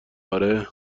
آره